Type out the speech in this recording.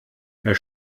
herr